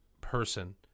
person